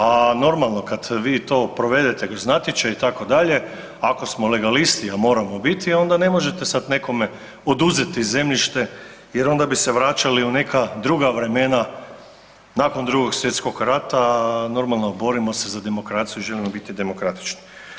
A normalno, kad vi to provede uz natječaj, itd., ako smo legalisti, a moramo biti, e onda ne možete sad nekome oduzeti zemljište jer onda bi se vraćali u neka druga vremena nakon II. svj. rata, a naravno, borimo se za demokraciju i želimo biti demokratični.